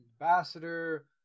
ambassador